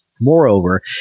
Moreover